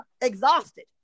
exhausted